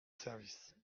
service